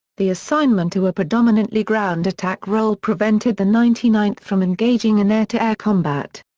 the assignment to a predominantly ground attack role prevented the ninety ninth from engaging in air-to-air combat.